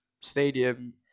stadium